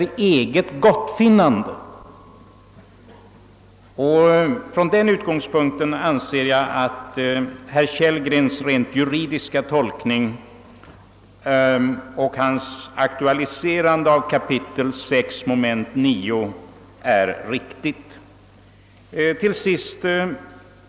Från den utgångspunkten anser jag att herr Kellgrens juridiska tolkning är den riktiga och att tjänstereglementet för krigsmakten kap. 6 mom. 9 är tillämpligt och av ÖB åsidosatt.